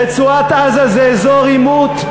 רצועת-עזה זה אזור עימות,